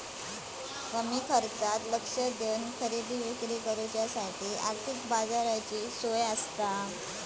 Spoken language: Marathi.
कमी खर्चात लक्ष देवन खरेदी विक्री करुच्यासाठी आर्थिक बाजाराची सोय आसता